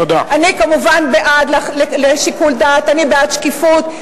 אני כמובן בעד שיקול דעת, אני בעד שקיפות.